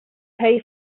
pay